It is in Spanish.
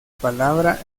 palabra